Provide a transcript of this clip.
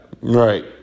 Right